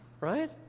Right